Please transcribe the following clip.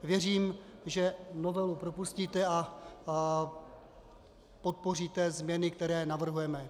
Věřím, že novelu propustíte a podpoříte změny, které navrhujeme.